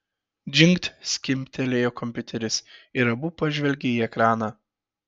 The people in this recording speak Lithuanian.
džingt skimbtelėjo kompiuteris ir abu pažvelgė į ekraną